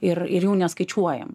ir ir jų neskaičiuojam